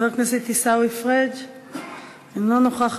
חבר הכנסת עיסאווי פריג' אינו נוכח,